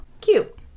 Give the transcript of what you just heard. Cute